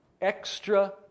Extra